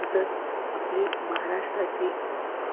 तसंच आपली महाराष्ट्राची